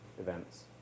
events